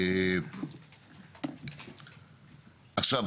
עכשיו,